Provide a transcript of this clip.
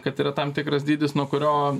kad yra tam tikras dydis nuo kurio